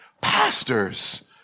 Pastors